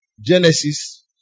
Genesis